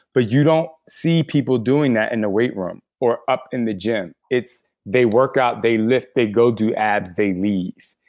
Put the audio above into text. but you don't see people doing that in the weight room, or up in the gym. they work out, they lift, they go do abs they leave.